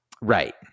Right